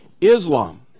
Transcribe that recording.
Islam